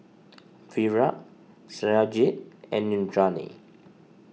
Virat Satyajit and Indranee